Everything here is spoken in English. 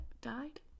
died